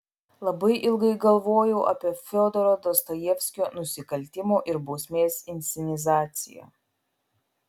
labai ilgai galvojau apie fiodoro dostojevskio nusikaltimo ir bausmės inscenizaciją